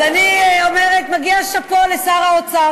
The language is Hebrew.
אז אני אומרת שמגיע שאפו לשר האוצר.